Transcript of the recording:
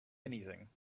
anything